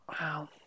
Wow